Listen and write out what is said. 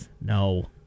No